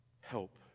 help